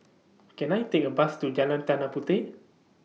Can I Take A Bus to Jalan Tanah Puteh